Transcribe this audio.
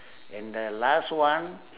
and the last one